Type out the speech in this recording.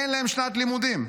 אין להם שנת לימודים.